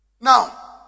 now